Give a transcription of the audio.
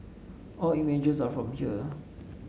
all images are from here